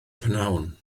prynhawn